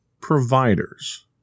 providers